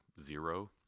zero